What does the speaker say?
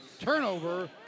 Turnover